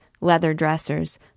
leather-dressers